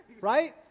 right